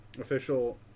official